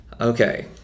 okay